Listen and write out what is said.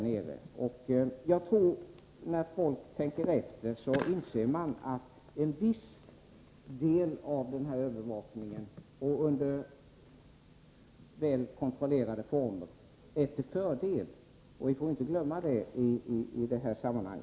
Jag tror att människor, när de tänker efter, inser att en sådan övervakning som sker under väl kontrollerade former är till fördel. Vi får inte glömma det i detta sammanhang.